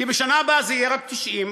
כי בשנה הבאה זה יהיה רק 90,